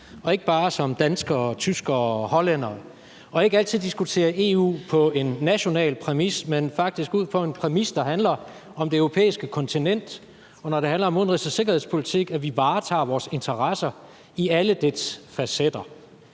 og ikke bare som danskere, tyskere og hollændere, så man ikke altid diskuterer EU på en national præmis, men faktisk ud fra en præmis, der handler om det europæiske kontinent – og når det handler om udenrigs- og sikkerhedspolitik, at vi varetager vores interesser i alle dets facetter.